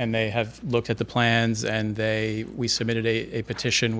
and they have looked at the plans and they we submitted a petition